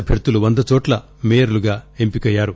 అభ్యర్లులు వంద చోట్ల మేయర్లుగా ఎంపికయ్యారు